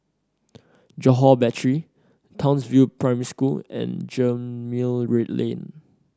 Johore Battery Townsville Primary School and Gemmill Lane